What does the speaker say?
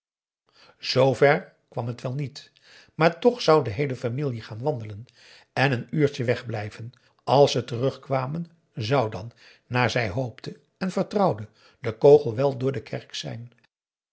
kwam het wel niet maar toch zou de heele famielje gaan wandelen en een uurtje weg blijven als ze terugkwamen zou dan naar zij hoopte en vertrouwde de kogel wel door de kerk zijn